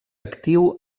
actiu